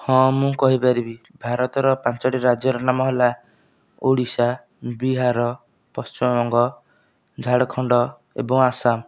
ହଁ ମୁଁ କହିପାରିବି ଭାରତର ପାଞ୍ଚୋଟି ରାଜ୍ୟର ନାମ ହେଲା ଓଡ଼ିଶା ବିହାର ପଶ୍ଚିମବଙ୍ଗ ଝାରଖଣ୍ଡ ଏବଂ ଆସାମ